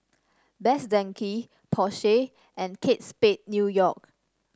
Best Denki Porsche and Kate Spade New York